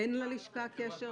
אין ללשכה קשר